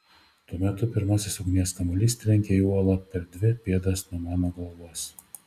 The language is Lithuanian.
tuo metu pirmasis ugnies kamuolys trenkia į uolą per dvi pėdas nuo mano galvos